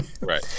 Right